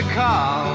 call